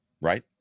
right